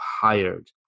hired